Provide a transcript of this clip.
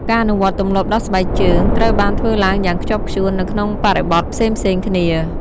ការអនុវត្តទម្លាប់ដោះស្បែកជើងត្រូវបានធ្វើឡើងយ៉ាងខ្ជាប់ខ្ជួននៅក្នុងបរិបទផ្សេងៗគ្នា។